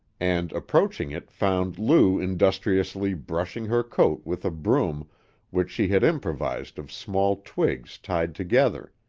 and approaching it found lou industriously brushing her coat with a broom which she had improvised of small twigs tied together.